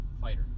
fighter